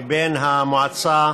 לבין המועצה